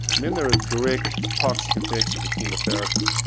then there are direct toxic effects of the chemotherapy.